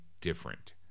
different